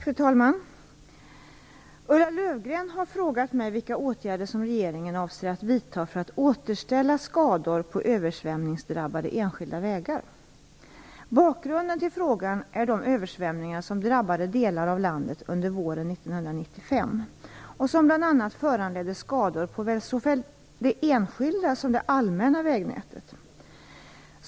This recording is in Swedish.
Fru talman! Ulla Löfgren har frågat mig vilka åtgärder som regeringen avser att vidta för att återställa skador på översvämningsdrabbade enskilda vägar. Bakgrunden till frågan är de översvämningar som drabbade delar av landet under våren 1995 och som bl.a. föranledde skador på såväl det enskilda som det allmänna vägnätet.